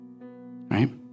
Right